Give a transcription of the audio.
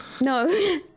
No